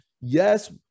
Yes